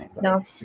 No